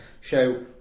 show